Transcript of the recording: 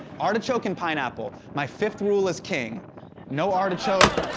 artichoke and pineapple, my fifth rule as king no artichoke,